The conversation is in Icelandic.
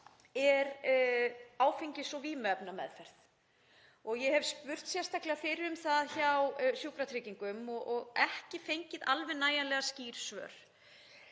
er áfengis- og vímuefnameðferð. Ég hef spurst sérstaklega fyrir um það hjá Sjúkratryggingum og ekki fengið nægjanlega skýr svör.